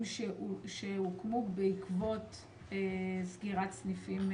שהוקמו בעקבות סגירת סניפים קבועים.